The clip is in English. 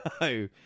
No